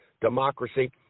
democracy